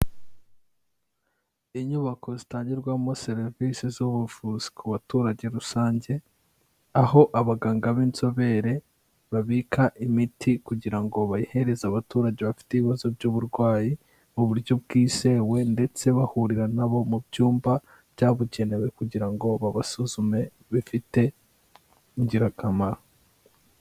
Inyubako zitangirwamo serivisi z'ubuvuzi ku baturage rusange, aho abaganga b'inzobere babika imiti kugira ngo bayihereze abaturage bafite ibibazo by'uburwayi, mu buryo bwizewe ndetse bahurira na bo mu byumba byabugenewe kugira ngo babasuzume bifite ingirakamaro.